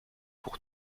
pour